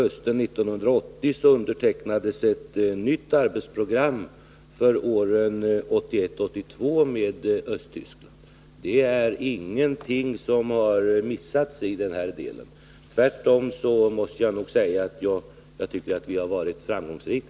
Hösten 1980 undertecknades med Östtyskland ett nytt arbetsprogram för åren 1981 och 1982. Ingenting har missats i den här delen. Tvärtom måste jag nog säga att jag tycker att vi har varit framgångsrika.